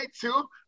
two